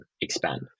expand